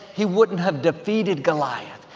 he wouldn't have defeated goliath.